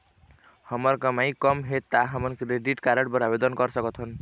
हमर कमाई कम हे ता हमन क्रेडिट कारड बर आवेदन कर सकथन?